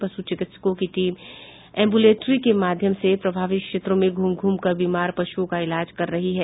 पशु चिकित्सकों की टीम एम्ब्रलेंट्री के माध्यम से प्रभावित क्षेत्रों में घूम घूमकर बीमार पशुओं का इलाज कर रही है